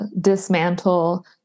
dismantle